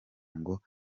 ngo